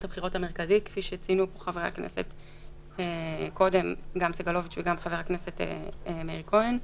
הבחירות המרכזית כפי שציינו פה חברי הכנסת סגלוביץ' ומאיר כהן,